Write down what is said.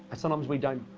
sometimes we don't